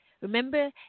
Remember